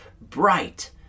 bright